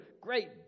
great